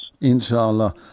Inshallah